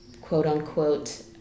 quote-unquote